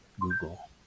Google